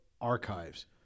archives